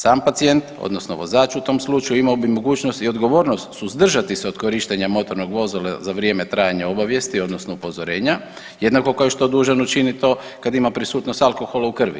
Sam pacijent, odnosno vozač u tom slučaju imao bi mogućnost i odgovornost suzdržati se od korištenja motornog vozila za vrijeme trajanja obavijesti, odnosno upozorenja, jednako kao što je dužan učiniti to kad ima prisutnog alkohola u krvi.